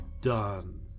Done